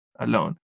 alone